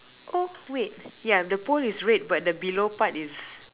oh wait yeah the pole is red but the below part is